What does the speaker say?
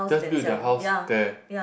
just build their house there